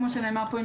כמו שנאמר פה,